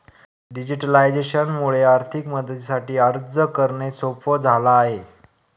digitalisation मुळे आर्थिक मदतीसाठी अर्ज करणे सोप झाला आहे